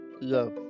love